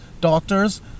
doctors